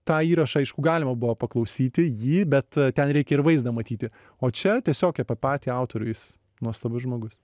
tą įrašą aišku galima buvo paklausyti jį bet ten reikia ir vaizdą matyti o čia tiesiog apie patį autorių jis nuostabus žmogus